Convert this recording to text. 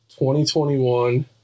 2021